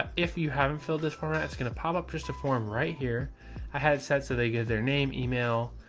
if you haven't filled this format, it's going to pop up just a form right here i had set, so they give their name, email,